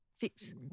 fix